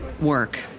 work